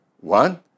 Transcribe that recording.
One